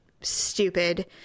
stupid